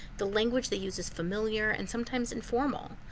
the language that uses familiar and sometimes informal.